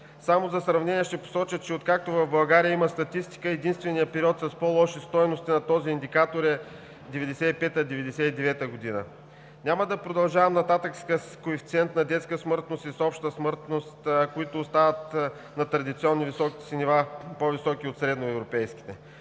Само за сравнение ще посоча, че откакто в България има статистика единственият период с по-лоши стойности на този индикатор е 1995 – 1999 г. Няма да продължавам нататък с коефициента на детска смъртност и обща смъртност, които остават на традиционно високите си нива – по-високи от средноевропейските.